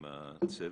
עם הצוות?